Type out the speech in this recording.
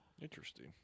Interesting